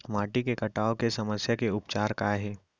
माटी के कटाव के समस्या के उपचार काय हे?